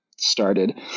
started